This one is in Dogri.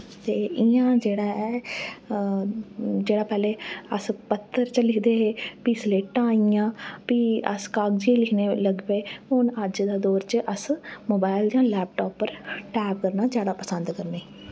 ते इयां जेह्ड़ा ऐ जेह्ड़ा अस पैह्लें पत्तर च लिखदे हे फ्ही स्लेटां आईयां फ्हा अल कागज़े पर लिखन लगी पे हून अज्ज दे दौर च अस मोबाईल जां लैपटॉप पर टाईप करना जादा पसंद करने